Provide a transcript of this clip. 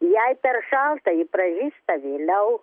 jei per šalta ji pražysta vėliau